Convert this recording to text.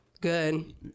good